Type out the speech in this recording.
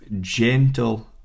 gentle